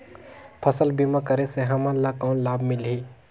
फसल बीमा करे से हमन ला कौन लाभ मिलही?